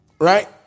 right